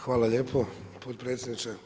Hvala lijepo potpredsjedniče.